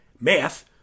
math